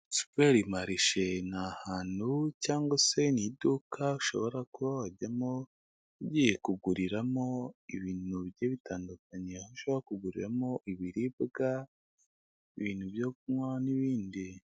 Superi marishe; ni ahantu cyangwa se n'iduka ushobora kuba wajyamo ugiye kuguriramo ibintu bigiye bitandukanye, aho ushobora kuguriramo; ibiribwa, ibintu byo kunywa, n'ibindi.